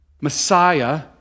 Messiah